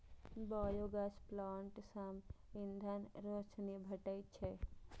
biogas plant सं ईंधन, रोशनी भेटै छै